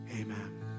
amen